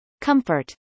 Comfort